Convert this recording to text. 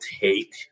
take